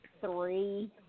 three